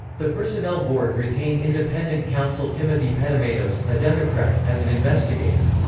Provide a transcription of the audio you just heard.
the personnel board retained independent counsel timothy petumenos, a democrat, as an investigator.